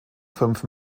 fünf